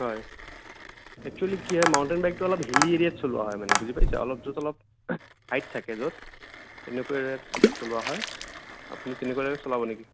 হয় এক্সুৱেলী কি হয় মাউণ্টেইন বাইকটো অলপ হিলী এৰিয়াত চলোৱা হয় মানে বুজি পাইছে অলপ য'ত অলপ হাইট থাকে য'ত তেনেকুৱা এৰিয়াত চলোৱা হয় আপুনি তেনেকুৱাতে চলাব নেকি